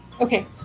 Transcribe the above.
Okay